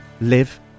live